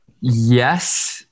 yes